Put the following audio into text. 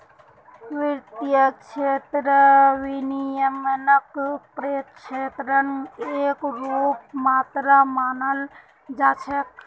वित्तेर क्षेत्रत विनियमनक पर्यवेक्षनेर एक रूप मात्र मानाल जा छेक